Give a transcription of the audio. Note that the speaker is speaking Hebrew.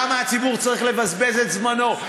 למה הציבור צריך לבזבז את זמנו?